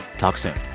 talk soon